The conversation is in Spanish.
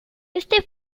este